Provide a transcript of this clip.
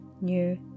new